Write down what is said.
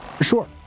sure